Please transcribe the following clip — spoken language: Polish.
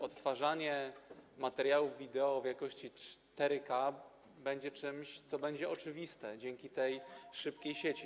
Odtwarzanie materiałów video w jakości 4k będzie czymś, co będzie oczywiste dzięki tej szybkiej sieci.